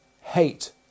hate